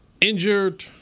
injured